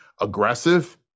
aggressive